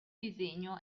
disegno